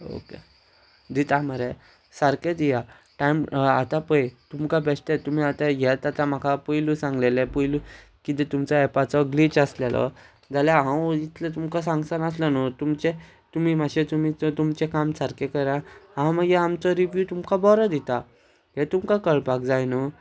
okay दिता मरे सारकें दिया टायम आतां पय तुमकां बेश्टे तुमी आतां हें आतां म्हाका पयलू सांगलेलें पयलू कितें तुमचो एपाचो ग्लीच आसलेलो जाल्या हांव इतलें तुमकां सांगचो नासलो न्हू तुमचे तुमी मातशें तुमी तुमचें काम सारकें करा हांव मागीर आमचो रिव्यू तुमकां बरो दिता हें तुमकां कळपाक जाय न्हू